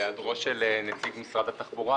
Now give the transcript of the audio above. בהיעדרו של נציג משרד התחבורה,